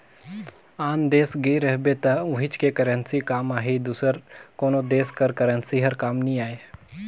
आन देस गे रहिबे त उहींच के करेंसी काम आही दूसर कोनो देस कर करेंसी हर काम नी आए